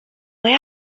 way